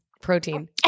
Protein